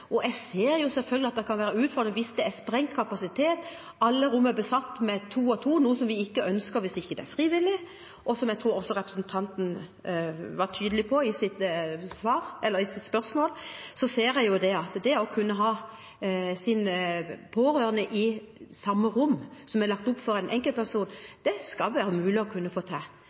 kan være utfordringer: hvis det er sprengt kapasitet, og hvis alle rommene er besatt med to og to, noe vi ikke ønsker hvis det ikke er frivillig. Og som jeg tror også representanten var tydelig på i sitt spørsmål, ser jeg at det å kunne ha sin pårørende i samme rom, rom som er tilrettelagt som enkeltrom, skal være mulig å kunne få til.